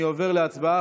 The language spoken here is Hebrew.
אני עובר להצבעה.